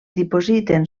dipositen